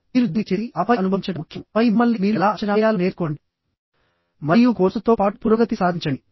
మీరు దీన్ని చేసి ఆపై అనుభవించడం ముఖ్యం ఆపై మిమ్మల్ని మీరు ఎలా అంచనా వేయాలో నేర్చుకోండి మరియు కోర్సుతో పాటు పురోగతి సాధించండి